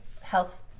health